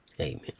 Amen